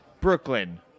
Brooklyn